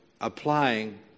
applying